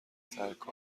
ترک